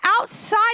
outside